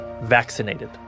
Vaccinated